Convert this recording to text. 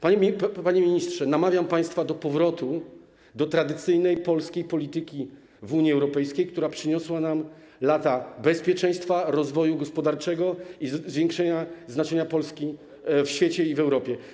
Panie ministrze, namawiam państwa do powrotu do tradycyjnej polskiej polityki w Unii Europejskiej, która przyniosła nam lata bezpieczeństwa, rozwoju gospodarczego i zwiększenia znaczenia Polski w świecie i w Europie.